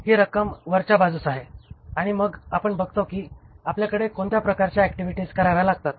ही रक्कम वरच्याबाजूस आहे आणि मग आपण बघतो की आपल्याकडे कोणत्या प्रकारच्या ऍक्टिव्हिटीज कराव्या लागतात